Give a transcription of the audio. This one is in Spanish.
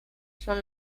son